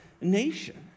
nation